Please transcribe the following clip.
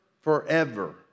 forever